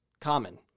common